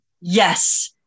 Yes